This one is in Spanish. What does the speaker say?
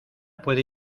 puede